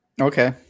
Okay